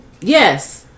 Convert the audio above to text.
Yes